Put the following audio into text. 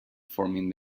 forming